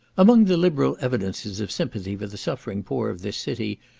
among the liberal evidences of sympathy for the suffering poor of this city,